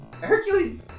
Hercules